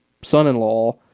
son-in-law